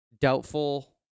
Doubtful